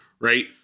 right